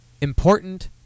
Important